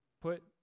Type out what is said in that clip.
put